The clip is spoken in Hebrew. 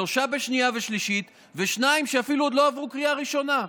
שלושה בשנייה ושלישית ושניים שאפילו עוד לא עברו קריאה ראשונה.